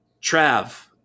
trav